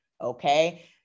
Okay